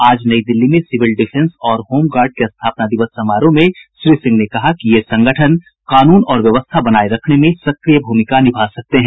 आज नई दिल्ली में सिविल डिफेंस और होम गार्ड के स्थापना दिवस समारोह में श्री सिंह ने कहा कि ये संगठन कानून और व्यवस्था बनाए रखने में सक्रिय भूमिका निभा सकते हैं